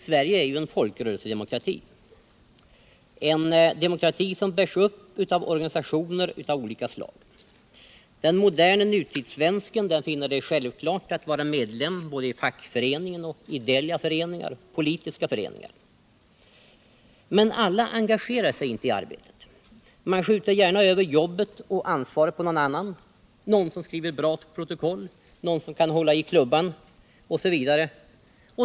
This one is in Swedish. Sverige är en folkrörelsedemokrati, en demokrati som bärs upp av organisationer av olika slag. Den moderne nutidssvensken finner det självklart att vara medlem både i fackföreningen och i ideella och politiska föreningar. Men alla engagerar sig inte i arbetet. Man skjuter gärna över jobbet och ansvaret på någon annan — någon som skriver bra protokoll, någon som kan hålla i klubban osv.